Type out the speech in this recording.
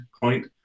point